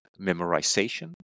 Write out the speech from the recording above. memorization